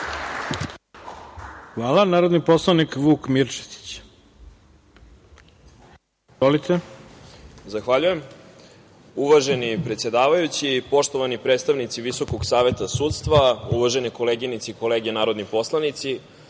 Izvolite. **Vuk Mirčetić** Zahvaljujem se. Uvaženi predsedavajući, poštovani predstavnici Visokog saveta sudstva, uvažene koleginice i kolege narodni poslanici,